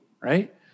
right